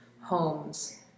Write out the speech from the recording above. homes